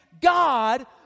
God